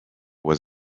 was